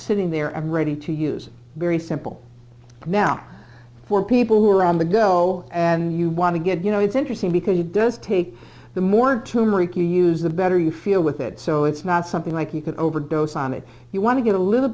sitting there and ready to use very simple now for people who are on the go want to get you know it's interesting because it does take the more tumor e q use the better you feel with it so it's not something like you could overdose on it if you want to get a little